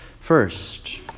First